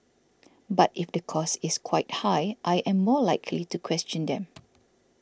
but if the cost is quite high I am more likely to question them